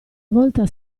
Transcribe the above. volta